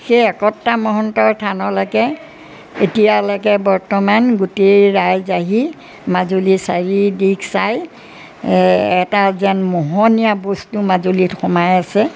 সেই একতা মহন্তৰ থানলৈকে এতিয়ালৈকে বৰ্তমান গোটেই ৰাইজ আহি মাজুলী চাৰি দিশ চাই এটা যেন মোহনীয়া বস্তু মাজুলীত সোমাই আছে